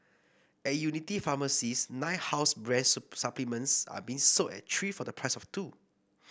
at Unity pharmacies nine house brand supplements are being sold at three for the price of two